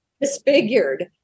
disfigured